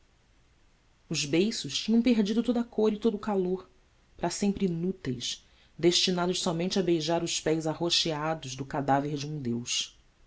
os beiços tinham perdido toda a cor e todo o calor para sempre inúteis destinados somente a beijar os pés arroxeados do cadáver de um deus